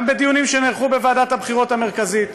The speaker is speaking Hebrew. גם בדיונים שנערכו בוועדת הבחירות המרכזית,